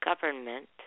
Government